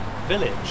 village